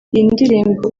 ndirimbo